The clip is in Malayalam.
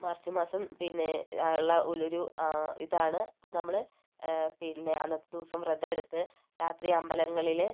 മാർച്ച് മാസം പിന്നെ ഉള്ളൊരു ഇതാണ് അത് നമ്മള് പിന്നെ അന്നത്തെ ദിവസം വ്രതം എടുത്ത് രാത്രി അമ്പലങ്ങളില്